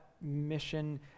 mission